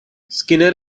skinner